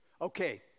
Okay